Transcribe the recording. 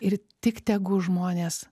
ir tik tegu žmonės